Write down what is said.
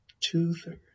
Two-thirds